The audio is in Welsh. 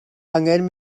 angen